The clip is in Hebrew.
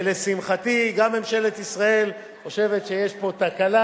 ולשמחתי גם ממשלת ישראל חושבת שיש פה תקלה,